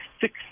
six